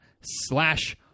slash